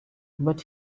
but